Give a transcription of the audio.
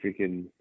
freaking